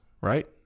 right